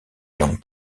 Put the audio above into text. langue